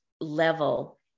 level